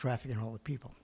traffic and all the people